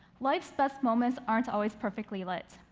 life's best moments aren't always perfectly lit.